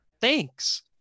Thanks